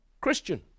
Christian